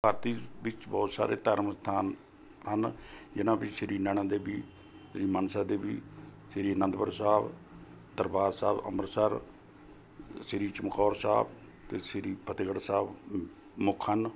ਭਾਰਤੀ ਵਿੱਚ ਬਹੁਤ ਸਾਰੇ ਧਾਰਮਿਕ ਅਸਥਾਨ ਹਨ ਜਿਹਨਾਂ ਵਿੱਚ ਸ਼੍ਰੀ ਨੈਣਾ ਦੇਵੀ ਸ਼੍ਰੀ ਮਨਸਾ ਦੇਵੀ ਸ਼੍ਰੀ ਅਨੰਦਪੁਰ ਸਾਹਿਬ ਦਰਬਾਰ ਸਾਹਿਬ ਅੰਮ੍ਰਿਤਸਰ ਸ਼੍ਰੀ ਚਮਕੌਰ ਸਾਹਿਬ ਅਤੇ ਸ਼੍ਰੀ ਫਤਿਹਗੜ ਸਾਹਿਬ ਮ ਮੁੱਖ ਹਨ